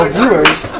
ah viewers,